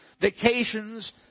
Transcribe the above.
vacations